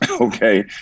Okay